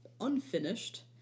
unfinished